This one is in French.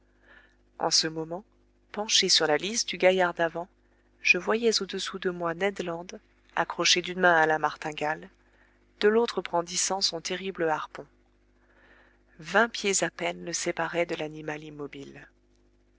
en ce moment penché sur la lisse du gaillard d'avant je voyais au-dessous de moi ned land accroché d'une main à la martingale de l'autre brandissant son terrible harpon vingt pieds à peine le séparaient de l'animal immobile